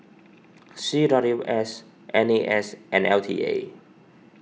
C W S N A S and L T A